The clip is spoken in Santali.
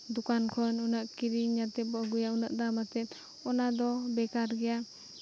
ᱫᱚᱠᱟᱱ ᱠᱷᱚᱱ ᱩᱱᱟᱹᱜ ᱠᱤᱨᱤᱧ ᱠᱟᱛᱮᱫ ᱵᱚ ᱟᱹᱜᱩᱭᱟ ᱩᱱᱟᱹᱜ ᱫᱟᱢ ᱠᱟᱛᱮᱫ ᱚᱱᱟᱫᱚ ᱵᱮᱜᱟᱨ ᱜᱮᱭᱟ